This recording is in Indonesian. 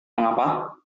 mengapa